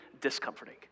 discomforting